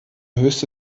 höchste